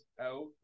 out